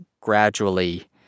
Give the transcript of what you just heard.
gradually